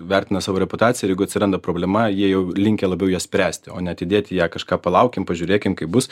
vertina savo reputaciją ir jeigu atsiranda problema jie jau linkę labiau ją spręsti o neatidėti ją kažką palaukim pažiūrėkim kaip bus